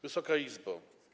Wysoka Izbo!